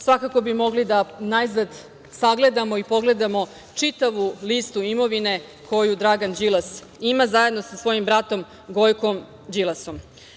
Svakako bi mogli da najzad pogledamo i pogledamo čitavu listu imovine koju Dragan Đilas ima zajedno sa svojim bratom, Gojkom Đilasom.